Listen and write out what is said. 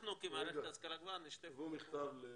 אנחנו כמערכת ההשכלה גבוהה נשתף פעולה.